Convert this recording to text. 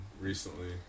recently